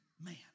man